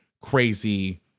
crazy